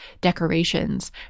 decorations